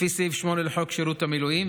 לפי סעיף 8 בחוק שירות המילואים,